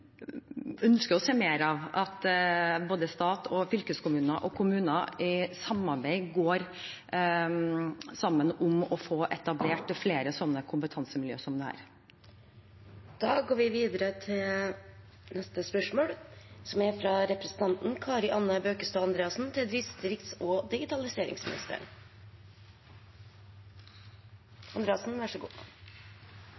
ønsker å se mer av at både stat og fylkeskommuner og kommuner går sammen om å få etablert flere slike kompetansemiljøer. «Statsråden har tidligere vist til regjeringens «formidable distriktssatsing». Nordland er det fylket som